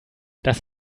das